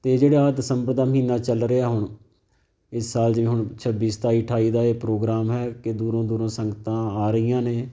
ਅਤੇ ਜਿਹੜੇ ਆ ਦਸੰਬਰ ਦਾ ਮਹੀਨਾ ਚੱਲ ਰਿਹਾ ਹੁਣ ਇਸ ਸਾਲ ਜਿਵੇਂ ਹੁਣ ਛੱਬੀ ਸਤਾਈ ਅਠਾਈ ਦਾ ਇਹ ਪ੍ਰੋਗਰਾਮ ਹੈ ਕਿ ਦੂਰੋਂ ਦੂਰੋਂ ਸੰਗਤਾਂ ਆ ਰਹੀਆਂ ਨੇ